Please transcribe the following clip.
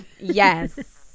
yes